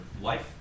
life